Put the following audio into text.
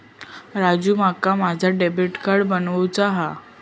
राजू, माका माझा debit card बनवूचा हा